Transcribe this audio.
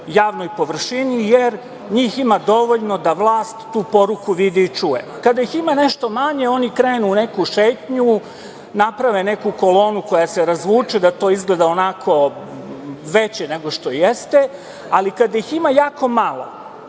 javnoj površini, jer njih ima dovoljno da vlast tu poruku vidi i čuje. Kada ih ima nešto manje oni krenu u neku šetnju, naprave neku kolonu koja se razvuče da to izgleda onako veće nego što jeste, ali kada ih ima jako malo